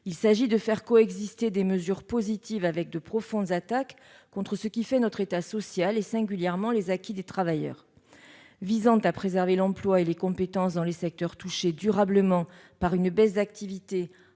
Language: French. il prévoit à la fois des mesures positives et de profondes attaques contre ce qui fait notre État social, singulièrement les acquis des travailleurs. Visant à préserver l'emploi et les compétences dans les secteurs touchés durablement par une baisse d'activité